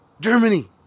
Germany